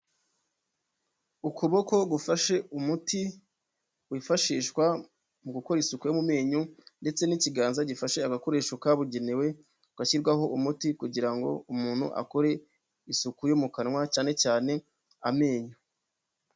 Ukuboko gufashe umuti wifashishwa mu gukora isuku yo mu menenyo ndetse n'ikiganza gifashe agakoresho kabugenewe gashyirwaho umuti kugira ngo umuntu akore isuku yo mu kanwa cyane cyane amenyo.